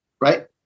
Right